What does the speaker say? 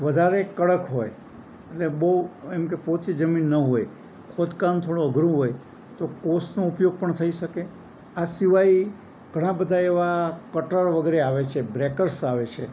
વધારે કડક હોય અને બહુ એમ કે પોચી જમીન ન હોય ખોદકામ થોડો અઘરું હોય તો કોસનો ઉપયોગ પણ થઈ શકે આ સિવાય ઘણા બધા એવા કટ્ટર આવે છે બ્રેકર્સ આવે છે